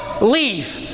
leave